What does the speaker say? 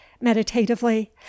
meditatively